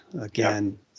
Again